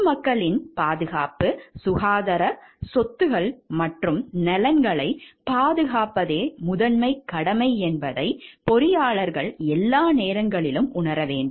பொது மக்களின் பாதுகாப்பு சுகாதார சொத்துக்கள் மற்றும் நலன்களைப் பாதுகாப்பதே முதன்மைக் கடமை என்பதை பொறியாளர்கள் எல்லா நேரங்களிலும் உணர வேண்டும்